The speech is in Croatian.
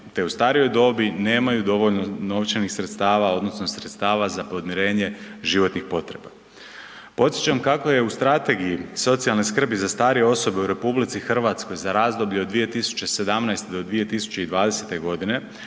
te u starijoj dobi nemaju dovoljno novčanih sredstava odnosno sredstava za podmirenje životnih potreba. Podsjećam kako je u Strategiji socijalne skrbi za starije osobe u RH za razdoblje od 2017.-2020.godine